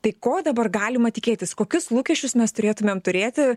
tai ko dabar galima tikėtis kokius lūkesčius mes turėtumėm turėti